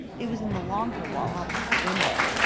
it was in the longer wall, opposite the window.